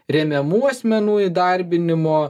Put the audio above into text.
remiamų asmenų įdarbinimo